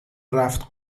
رفت